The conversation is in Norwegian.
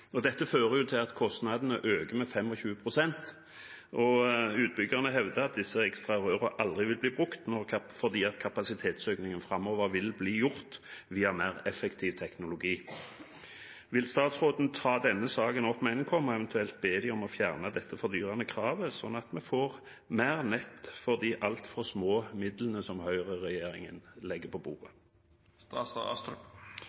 Dette fører til at kostnadene øker med 25 pst., og utbyggerne hevder at disse ekstra rørene aldri vil bli brukt, fordi kapasitetsøkningen framover vil skje via mer effektiv teknologi. Vil statsråden ta denne saken opp med Nkom, eventuelt be dem fjerne dette fordyrende kravet, sånn at vi får mer nett for de altfor små midlene som høyreregjeringen legger på